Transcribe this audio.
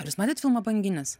ar jūs matėt filmą banginis